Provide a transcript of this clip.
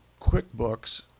QuickBooks